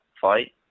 fight